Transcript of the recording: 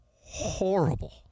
Horrible